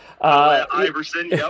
Iverson